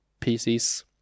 PCs